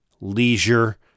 leisure